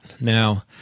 Now